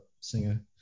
singer